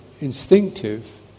instinctive